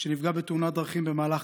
שנפגע בתאונת דרכים במהלך